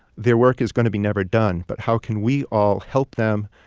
their work is going to be never done. but how can we all help them?